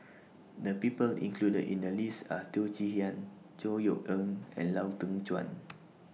The People included in The list Are Teo Chee Hean Chor Yeok Eng and Lau Teng Chuan